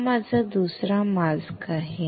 हा माझा दुसरा मास्क आहे